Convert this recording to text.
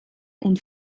und